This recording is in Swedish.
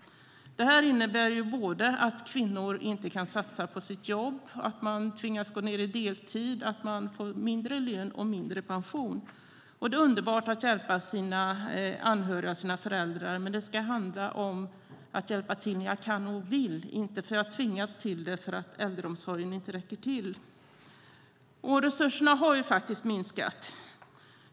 Det här innebär att kvinnor inte kan satsa på sina arbeten, att de tvingas gå ned i deltid, får mindre lön och mindre pension. Det är underbart att hjälpa sina anhöriga, föräldrar, men det ska handla om att hjälpa till när jag kan och vill, inte tvingas till det för att äldreomsorgen inte räcker till. Resurserna har faktiskt minskat.